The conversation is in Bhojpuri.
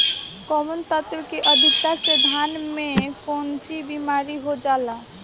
कौन तत्व के अधिकता से धान में कोनची बीमारी हो जाला?